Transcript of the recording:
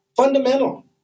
Fundamental